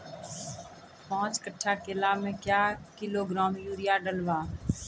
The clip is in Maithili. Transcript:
पाँच कट्ठा केला मे क्या किलोग्राम यूरिया डलवा?